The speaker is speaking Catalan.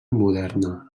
moderna